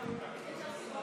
בחרת מנכ"ל מצוין.